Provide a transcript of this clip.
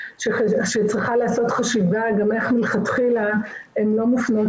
שצריכה להיעשות חשיבה גם איך מלכתחילה הן לא מופנות